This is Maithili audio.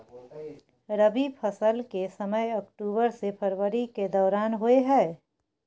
रबी फसल के समय अक्टूबर से फरवरी के दौरान होय हय